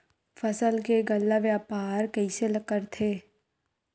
फसल के गल्ला व्यापार कइसे करथे?